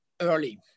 early